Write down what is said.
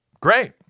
great